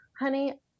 honey